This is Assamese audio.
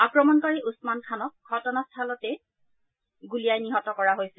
আক্ৰমণকাৰী ওচমান খানক ঘটনাস্থলীতেই গুলীয়াই নিহত কৰা হৈছিল